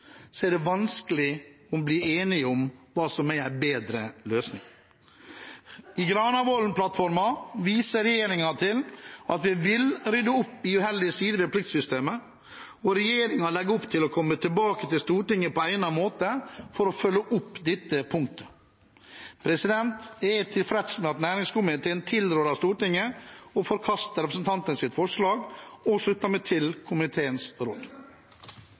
er det vanskelig å bli enige om hva som er en bedre løsning. I Granavolden-plattformen viser regjeringen til at vi vil rydde opp i uheldige sider ved pliktsystemet, og regjeringen legger opp til å komme tilbake til Stortinget på egnet måte for å følge opp dette punktet. Jeg er tilfreds med at næringskomiteen tilrår Stortinget å forkaste representantenes forslag, og slutter meg til komiteens råd.